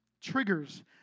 triggers